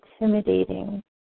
intimidating